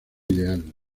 ideal